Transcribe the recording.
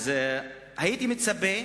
אז הייתי מצפה,